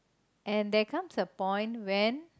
and there come's a point when